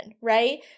right